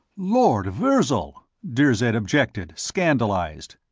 lord virzal! dirzed objected, scandalized.